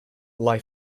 lie